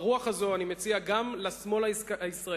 ברוח הזאת אני מציע גם לשמאל הישראלי,